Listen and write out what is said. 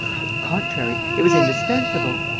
the contrary, it was indispensable!